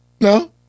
no